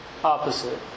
Opposite